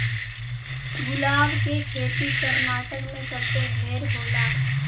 गुलाब के खेती कर्नाटक में सबसे ढेर होला